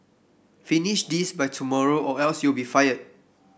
finish this by tomorrow or else you'll be fired